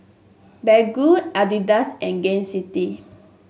Baggu Adidas and Gain City